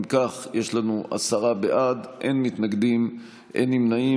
אם כך, יש לנו עשרה בעד, אין מתנגדים, אין נמנעים.